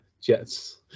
Jets